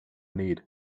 need